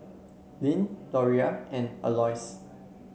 Lyn Loria and Aloys